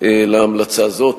להמלצה זו.